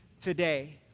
Today